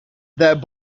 that